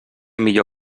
millor